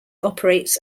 operates